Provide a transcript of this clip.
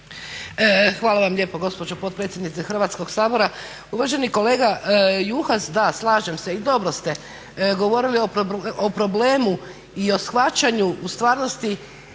Hvala lijepo gospođo potpredsjednice Hrvatskog sabora. Uvaženi kolega Juhas, da, slažem se i dobro ste govorili o problemu i o shvaćanju u stvarnosti,